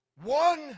one